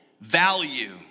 value